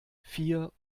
vier